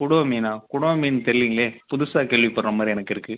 கொடுவா மீனா கொடுவா மீன் தெரிலிங்களே புதுசாக கேள்விப்படுறா மாதிரி எனக்கு இருக்குது